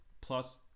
Plus